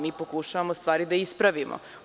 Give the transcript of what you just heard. Mi pokušavamo stvari da ispravimo.